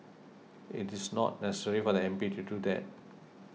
it's not necessary for the M P to do that